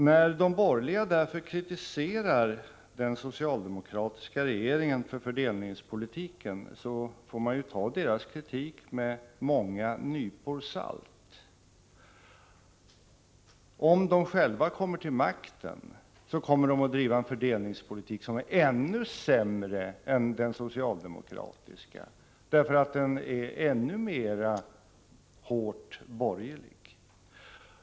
När de borgerliga kritiserar den socialdemokratiska regeringen för fördel ningspolitiken får man därför ta deras kritik med många nypor salt. Om de själva kommer till makten, kommer de att driva en fördelningspolitik som är ännu sämre än den socialdemokratiska, därför att den är ännu mer hårt borgerlig.